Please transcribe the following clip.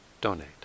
donate